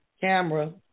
camera